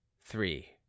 Three